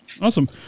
awesome